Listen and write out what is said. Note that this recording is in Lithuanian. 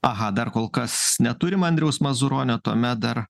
aha dar kol kas neturim andriaus mazuronio tuomet dar